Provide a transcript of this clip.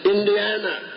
Indiana